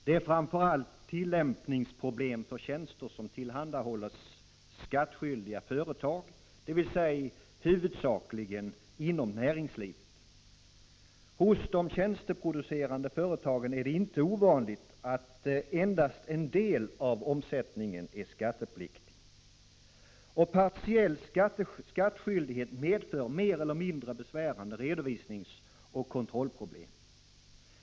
Det är framför allt tillämpningsproblem för tjänster som tillhandahålls skattskyldiga företag, dvs. huvudsakligen inom näringslivet. Hos de tjänsteproducerande företagen är det inte ovanligt att endast en del av omsättningen är skattepliktig. Partiell skattskyldighet medför mer eller mindre besvärande redovisningsoch kontrollproblem.